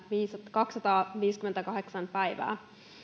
kaksisataaviisikymmentäkahdeksan päivää